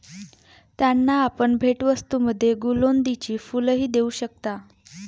त्यांना आपण भेटवस्तूंमध्ये गुलौदीची फुलंही देऊ शकता